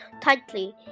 tightly